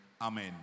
Amen